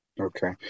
Okay